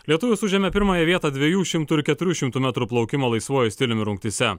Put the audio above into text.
lietuvis užėmė pirmąją vietą dviejų šimtų ir keturių šimtų metrų plaukimo laisvuoju stiliumi rungtyse